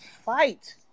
fight